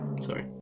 Sorry